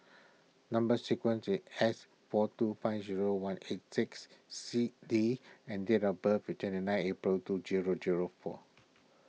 Number Sequence is S four two five zero one eight six C D and date of birth is twenty nine April two zero zero four